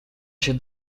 się